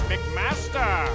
McMaster